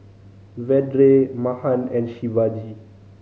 Vedre Mahan and Shivaji